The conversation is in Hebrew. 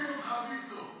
אוהבים אותך, אביגדור.